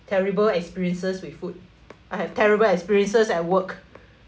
terrible experiences with food I have terrible experiences at work